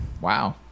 wow